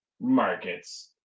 Markets